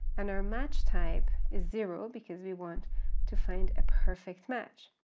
and our match type is zero because we want to find a perfect match.